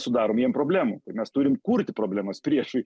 sudarom jiem problemų ir mes turim kurti problemas priešui